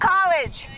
College